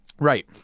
right